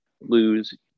lose